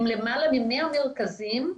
עם למעלה ממאה מרכזים.